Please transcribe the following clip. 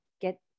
get